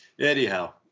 anyhow